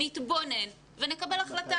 נתבונן ונקבל החלטה.